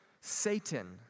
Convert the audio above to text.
Satan